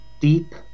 deep